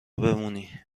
بمونی